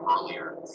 earlier